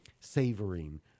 savoring